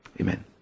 Amen